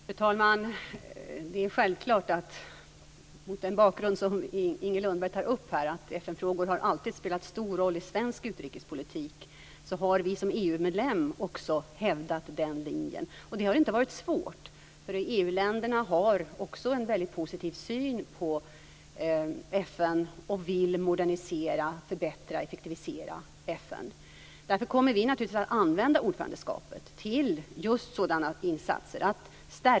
Fru talman! Det är självklart - mot den bakgrund som Inger Lundberg tar upp här - att FN-frågor alltid spelat en stor roll i svensk utrikespolitik. Också som EU-medlem har vi hävdat den linjen, och det har inte varit svårt för EU-länderna har en väldigt positiv syn på FN och vill modernisera, förbättra, effektivisera FN. Därför kommer vi naturligtvis att använda ordförandeskapet till just att stärka FN.